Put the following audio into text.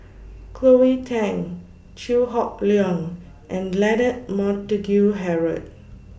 Cleo Thang Chew Hock Leong and Leonard Montague Harrod